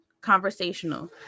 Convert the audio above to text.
conversational